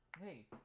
Hey